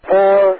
Four